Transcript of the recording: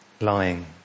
lying